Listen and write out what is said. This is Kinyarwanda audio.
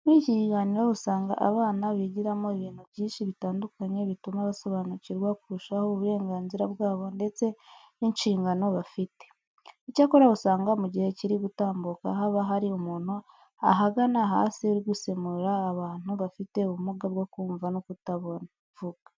Muri iki kiganiro usanga abana bigiramo ibintu byinshi bitandukanye bituma basobanukirwa kurushaho uburenganzira bwabo ndetse n'inshingano bafite. Icyakora usanga mu gihe kiri gutambuka haba hari umuntu ahagana hasi uri gusemurira abantu bafite ubumuga bwo kumva no kuvuga.